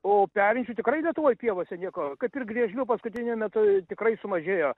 o perinčių tikrai lietuvoj pievose nieko kaip ir grėsmių paskutiniu metu tikrai sumažėjo